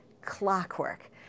clockwork